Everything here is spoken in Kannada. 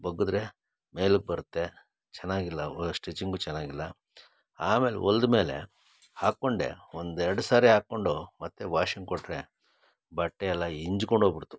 ಬಗ್ಗಿದ್ರೆ ಮೇಲಕ್ಕೆ ಬರುತ್ತೆ ಚೆನ್ನಾಗಿಲ್ಲ ಒಳಗೆ ಸ್ಟಿಚ್ಚಿಂಗು ಚೆನ್ನಾಗಿಲ್ಲ ಆಮೇಲೆ ಹೊಲ್ದ ಮೇಲೆ ಹಾಕಿಕೊಂಡೆ ಒಂದು ಎರಡು ಸರಿ ಹಾಕಿಕೊಂಡು ಮತ್ತೆ ವಾಷಿಂಗ್ ಕೊಟ್ಟರೆ ಬಟ್ಟೆ ಎಲ್ಲ ಹಿಂಜ್ಕೊಂಡ್ ಹೋಗ್ಬಿಡ್ತು